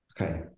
Okay